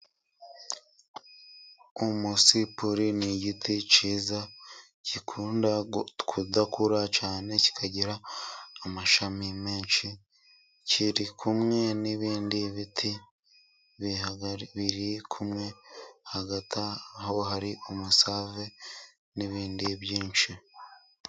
Umusipuri ni igiti cyiza， gikunda kudakura cyane kikagira amashami menshi. Kiri kumwe n'ibindi biti， biri kumwe， hagati aho hari umusave n'ibindi byinshi.